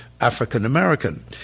African-American